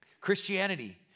Christianity